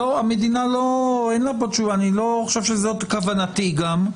למדינה אין כאן תשובה ואני לא חושב שזאת כוונתי גם.